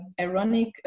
ironic